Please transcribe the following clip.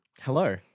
hello